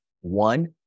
One